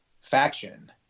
faction